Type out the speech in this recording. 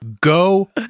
Go